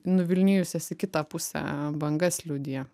nuvilnijusias į kitą pusę bangas liudija